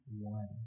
one